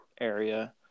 area